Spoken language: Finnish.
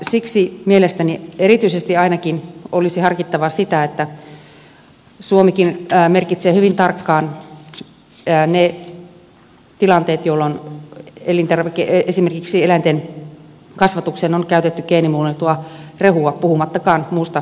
siksi mielestäni erityisesti ainakin olisi harkittava sitä että suomikin merkitsee hyvin tarkkaan ne tilanteet jolloin esimerkiksi eläinten kasvatukseen on käytetty geenimuunneltua rehua puhumattakaan muusta geenimuuntelusta